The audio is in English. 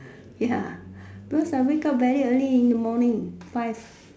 ya because I wake up very early in the morning five